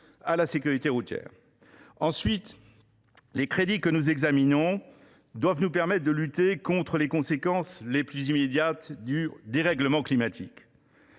à la sécurité routière. Ensuite, les crédits que nous examinons doivent nous permettre de lutter contre les conséquences les plus immédiates du dérèglement climatique.